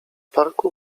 parku